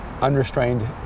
unrestrained